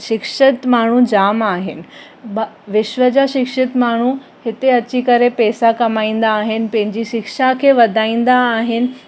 शिक्षत माण्हू जाम आहिनि भा विश्व जा शिक्षित माण्हू हिते अची करे पैसा कमाईंदा आहिनि पंहिंजी शिक्षा खे वधाईंदा आहिनि